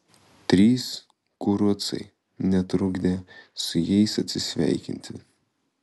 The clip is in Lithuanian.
trys kurucai netrukdė su jais atsisveikinti